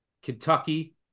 Kentucky